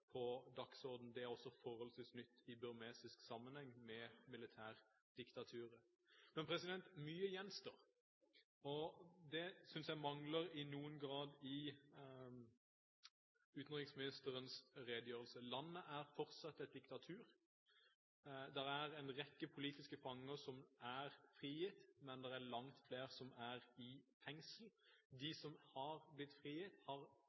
på dagsordenen, det er også forholdsvis nytt i burmesisk sammenheng med militærdiktaturet. Men mye gjenstår – og det synes jeg i noen grad mangler i utenriksministerens redegjørelse. Landet er fortsatt et diktatur. Det er en rekke politiske fanger som er frigitt, men det er langt flere som er i fengsel. De som har blitt frigitt – svært mange av dem – har